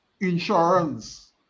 Insurance